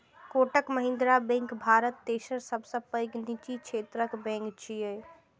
Kotak Mahindra bank Bharat तेसर सबसं पैघ निजी क्षेत्रक बैंक छियै